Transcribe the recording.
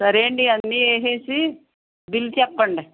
సరే అండి అన్నీ వేసేసి బిల్ చెప్పండి